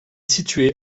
situé